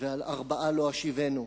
ועל ארבעה לא אשיבנו.